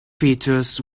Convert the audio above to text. features